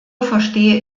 verstehe